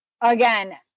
again